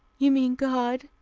you mean god.